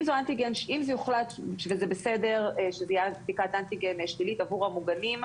אם זה בסדר וזה יוחלט שזו תהיה בדיקת אנטיגן שלילית עבור המוגנים,